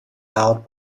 out